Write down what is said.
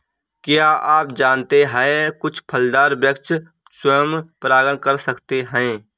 क्या आप जानते है कुछ फलदार वृक्ष स्वयं परागण कर सकते हैं?